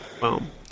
Boom